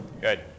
good